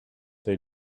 they